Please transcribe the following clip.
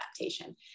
adaptation